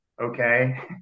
okay